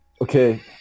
Okay